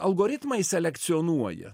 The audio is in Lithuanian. algoritmai selekcionuoja